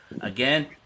again